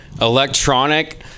Electronic